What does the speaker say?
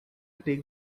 take